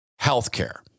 healthcare